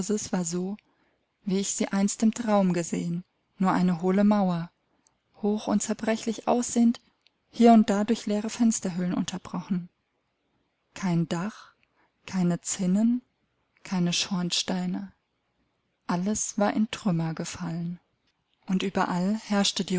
so wie ich sie einst im traum gesehen nur eine hohle mauer hoch und zerbrechlich aussehend hier und da durch leere fensterhöhlen unterbrochen kein dach keine zinnen keine schornsteine alles war in trümmer gefallen und überall herrschte